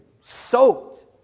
soaked